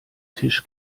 tisch